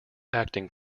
acting